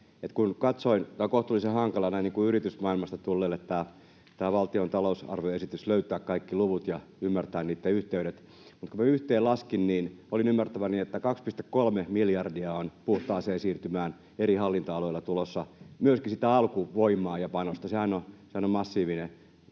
Tämä on kohtuullisen hankalaa näin niin kuin yritysmaailmasta tulleelle tästä valtion talousarvioesityksestä löytää kaikki luvut ja ymmärtää niitten yhteydet, mutta kun yhteen laskin, niin olin ymmärtäväni, että 2,3 miljardia on tulossa puhtaaseen siirtymään eri hallintoaloilla myöskin sitä alkuvoimaa ja panosta. Sehän on massiivinen